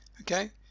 okay